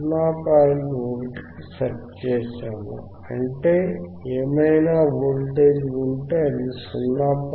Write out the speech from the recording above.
1 కి సెట్ చేసాము అంటే ఏమైనా వోల్టేజ్ ఉంటే అది 0